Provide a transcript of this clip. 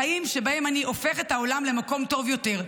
חיים שבהם אני הופך את העולם למקום טוב יותר,